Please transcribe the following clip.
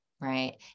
Right